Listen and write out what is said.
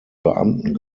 beamten